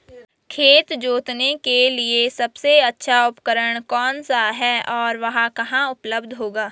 खेत जोतने के लिए सबसे अच्छा उपकरण कौन सा है और वह कहाँ उपलब्ध होगा?